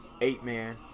eight-man